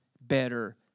better